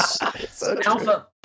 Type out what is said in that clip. Alpha